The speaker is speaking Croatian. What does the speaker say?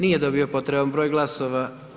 Nije dobio potreban broj glasova.